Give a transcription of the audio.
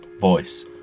Voice